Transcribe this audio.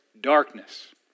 darkness